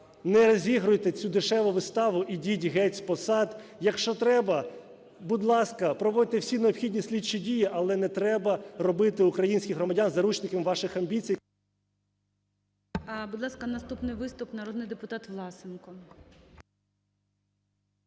Не розігруйте цю дешеву виставу, ідіть геть з посад. Якщо треба, будь ласка, проводьте всі необхідні слідчі дії, але не треба робити українських громадян заручниками ваших амбіцій...